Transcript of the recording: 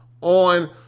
on